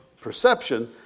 perception